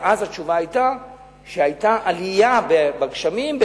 ואז התשובה היתה שהיתה עלייה של 20% בגשמים.